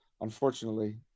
unfortunately